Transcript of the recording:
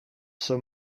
sir